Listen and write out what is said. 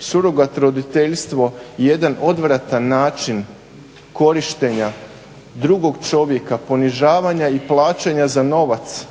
Surogat roditeljstvo jedan odvratan način korištenja drugog čovjeka, ponižavanja i plaćanja za novac